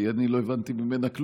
כי אני לא הבנתי ממנה כלום.